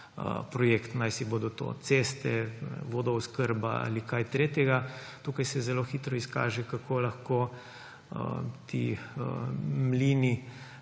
projekt, naj si bodo to ceste, vodooskrba ali kaj tretjega. Tukaj se zelo hitro izkaže, kako lahko ti mlini